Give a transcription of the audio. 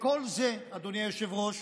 כל זה, אדוני היושב-ראש,